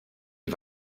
die